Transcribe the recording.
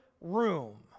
room